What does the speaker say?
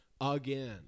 again